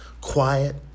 Quiet